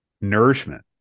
nourishment